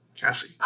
Cassie